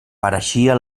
pareixia